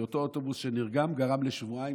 כי אותו אוטובוס שנרגם גרם לשבועיים